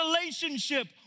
relationship